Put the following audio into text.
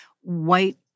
white